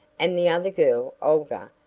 and the other girl, olga,